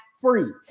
free